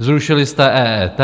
Zrušili jste EET,